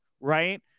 right